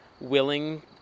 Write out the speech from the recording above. willing